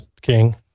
King